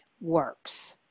works